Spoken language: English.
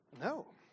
no